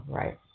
right